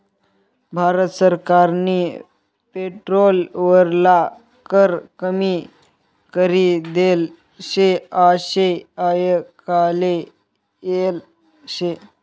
भारत सरकारनी पेट्रोल वरला कर कमी करी देल शे आशे आयकाले येल शे